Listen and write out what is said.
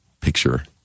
picture